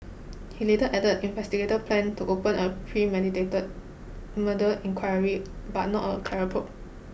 he later added investigators planned to open a premeditated murder inquiry but not a terror probe